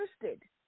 interested